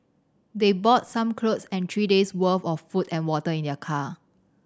they brought some clothes and three days' worth of food and water in their car